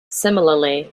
similarly